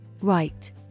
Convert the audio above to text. Right